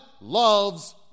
loves